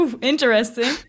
Interesting